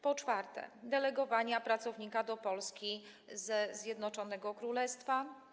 Po czwarte, delegowania pracownika do Polski ze Zjednoczonego Królestwa.